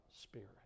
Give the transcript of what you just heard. Spirit